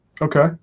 Okay